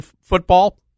football